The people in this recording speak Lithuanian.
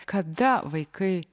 kada vaikai